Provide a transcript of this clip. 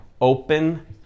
Open